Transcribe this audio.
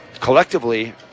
collectively